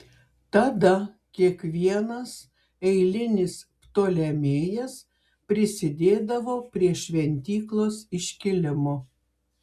tada kiekvienas eilinis ptolemėjas prisidėdavo prie šventyklos iškilimo